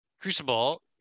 Crucible